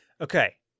Okay